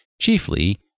chiefly